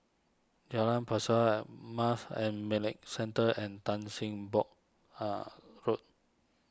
Jalan Pesawat Marsh and McLennan Centre and Tan Sim Boh Are Road